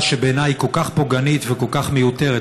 שבעיניי היא כל כך פוגענית וכל כך מיותרת.